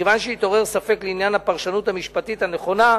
מכיוון שהתעורר ספק לעניין הפרשנות המשפטית הנכונה,